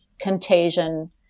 contagion